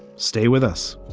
stay with us